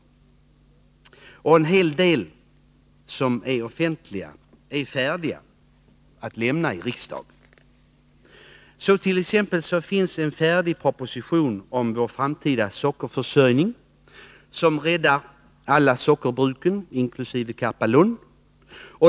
En hel del är offentligt — förslagen är färdiga att lämnas till riksdagen. Så t.ex. finns det en färdig proposition om vår framtida sockerförsörjning, som räddar alla sockerbruken, inkl. Karpalund.